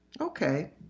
Okay